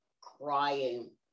crying